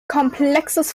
komplexes